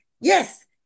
yes